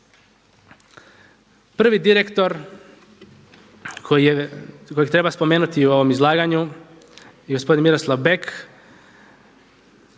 Prvi direktor kojeg treba spomenuti u ovom izlaganju je gospodin Miroslav Bek,